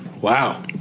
Wow